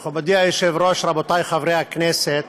מכובדי היושב-ראש, רבותי חברי הכנסת,